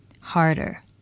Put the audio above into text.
harder